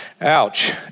Ouch